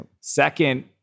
Second